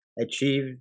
achieve